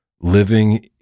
living